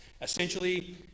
essentially